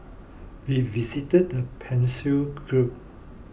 we visited the Persian Gulf